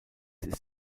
ist